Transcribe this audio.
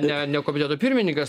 ne ne komiteto pirmininkas